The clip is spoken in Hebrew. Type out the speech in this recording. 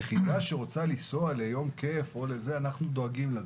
יחידה שרוצה לנסוע ליום כיף אנחנו דואגים לה,